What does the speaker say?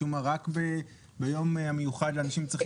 משום מה רק ביום המיוחד לאנשים עם צרכים